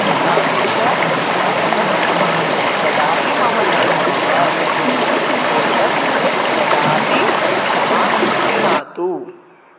एतादृशः अनुभवः कदापि मम न अभवत् एतत् कदापि मा क्रीणातु